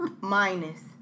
Minus